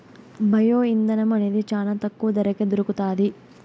bio ఇంధనం అనేది చానా తక్కువ ధరకే దొరుకుతాది